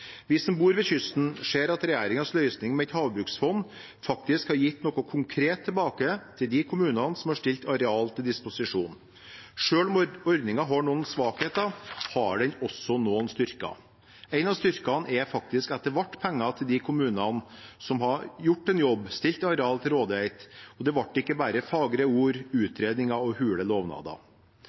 Vi som bor ved kysten, ser at regjeringens løsning med et havbruksfond faktisk har gitt noe konkret tilbake til de kommunene som har stilt areal til disposisjon. Selv om ordningen har noen svakheter, har den også noen styrker. En av styrkene er faktisk at det ble penger til de kommunene som har gjort en jobb, stilt areal til rådighet, og det ble ikke bare fagre ord, utredninger og hule lovnader.